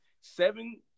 Seven